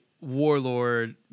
warlord